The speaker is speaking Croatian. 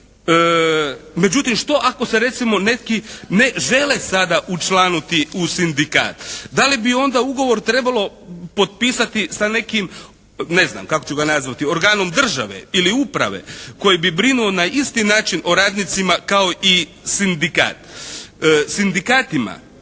Međutim što ako se recimo neki ne žele sada učlaniti u Sindikat? Da li bi onda ugovor trebalo potpisati sa nekim, ne znam, kako ću ga nazvati organom države ili uprave koji bi brinuo na isti način o radnicima kao i sindikat. Sindikatima